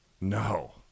No